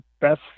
best